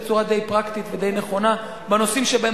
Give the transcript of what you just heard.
בצורה די פרקטית ודי נכונה בנושאים שבהם